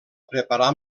preparar